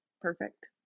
perfect